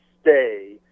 stay